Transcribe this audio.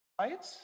Right